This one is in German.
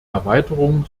erweiterung